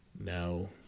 Now